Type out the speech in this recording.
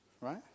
right